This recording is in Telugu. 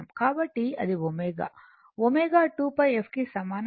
కాబట్టి అది ω ω 2πf కు సమానం